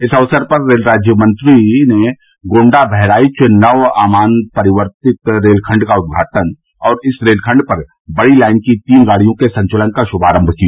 इस अवसर पर रेल राज्य मंत्री ने गोण्डा बहराइच नव आमान परिवर्तित रेलखंड का उद्घाटन और इस रेलखंड पर बड़ी लाइन की तीन गाड़ियों के संचलन का शुमारम्म किया